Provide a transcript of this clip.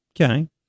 Okay